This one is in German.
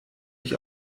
ich